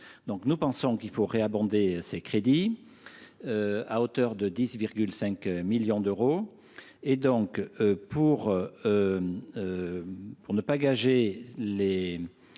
Nous pensons qu’il faut réabonder ces crédits à hauteur de 10,5 millions d’euros. Afin de ne pas faire